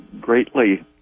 greatly